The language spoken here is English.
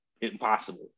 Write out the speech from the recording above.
impossible